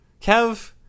Kev